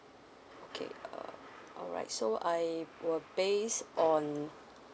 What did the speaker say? okay uh alright so I will base on